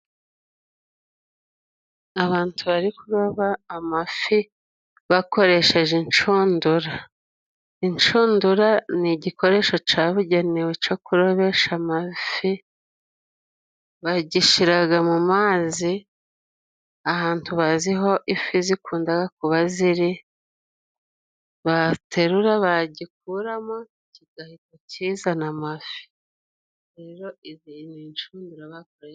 Abantu bari kuroba amafi bakoresheje inshundura. Inshundura ni igikoresho cabugenewe co kurobesha amafi, bagishiraga mu mazi, ahantu baziho ifi zikundaga kuba ziri baterura bagikuramo kigahita kizana amafi.